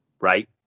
right